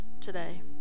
today